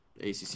ACC